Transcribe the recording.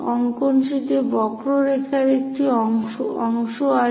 অঙ্কন শীটে বক্ররেখার একটি অংশ আছে